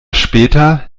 später